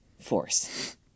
force